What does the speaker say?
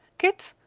kit,